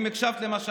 אם הקשבת למה שאמרתי.